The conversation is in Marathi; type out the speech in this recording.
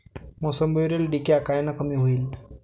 मोसंबीवरील डिक्या कायनं कमी होईल?